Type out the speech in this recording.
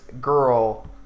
Girl